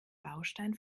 baustein